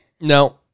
No